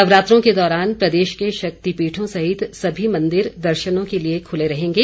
नवरात्रों के दौरान प्रदेश के शक्तिपीठों सहित सभी मंदिर दर्शनों के लिए खुले रहेंगे